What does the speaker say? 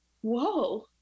whoa